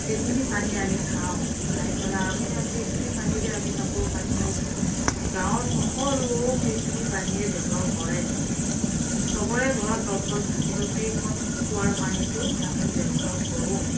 সেইখিনি পানী আমি খাওঁ খাই পেলাই আমি আৰু সেইখিনি পানীৰে আমি কাপোৰ কানিও ধোওঁ গাঁৱৰ সকলো সেইখিনি পানীয়েই ব্যৱহাৰ কৰে চবৰে ঘৰত দমকল থাকিলেও সেইকণ কুঁৱাৰ পানীতো আমি ব্যৱহাৰ কৰোঁ